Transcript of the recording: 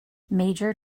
major